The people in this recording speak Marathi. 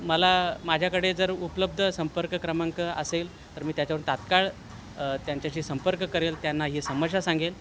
मला माझ्याकडे जर उपलब्ध संपर्क क्रमांक असेल तर मी त्याच्यावर तात्काळ त्यांच्याशी संपर्क करेल त्यांना ही समस्या सांगेल